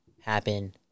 happen